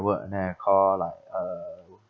work and then I call like uh